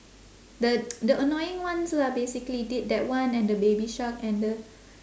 the the annoying ones lah basically t~ that one at the baby shark and the